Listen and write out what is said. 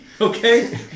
okay